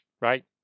right